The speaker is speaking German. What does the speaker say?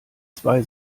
zwei